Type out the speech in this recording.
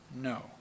No